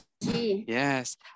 Yes